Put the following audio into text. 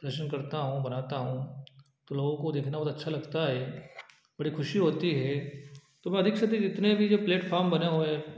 प्रदर्शन करता हूँ बनाता हूँ तो लोगों को देखना बहुत अच्छा लगता है बड़ी खुशी होती है तो मैं अधिक से अधिक जितने भी जो प्लेटफार्म बने हुए हैं